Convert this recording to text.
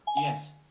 Yes